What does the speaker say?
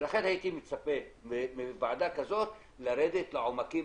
לכן הייתי מצפה מוועדה כזו לרדת לעומקים